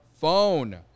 phone